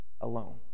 alone